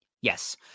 Yes